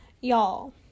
y'all